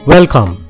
Welcome